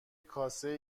کاسه